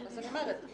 אני אומרת.